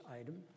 item